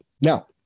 Now